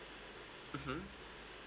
mmhmm